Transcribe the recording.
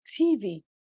TV